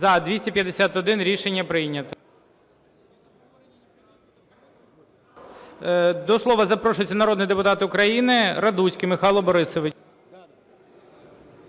За-251 Рішення прийнято. До слова запрошується народний депутат України Радуцький Михайло Борисович.